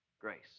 grace